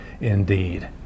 indeed